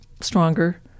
stronger